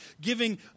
giving